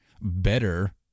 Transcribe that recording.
better